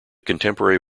contemporary